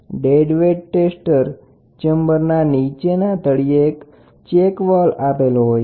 dead weight tester ચેમ્બરના નીચેના તળિયે ચેક વાલ્વ આવેલો હોય છે